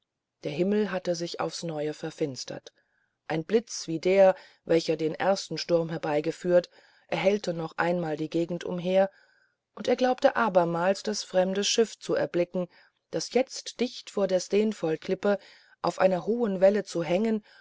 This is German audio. der himmel hatte sich aufs neue verfinstert ein blitz wie der welcher den ersten sturm herbeigeführt erhellte noch einmal die gegend umher und er glaubte abermals das fremde schiff zu erblicken das jetzt dicht vor der steenfollklippe auf einer hohen welle zu hängen